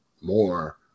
more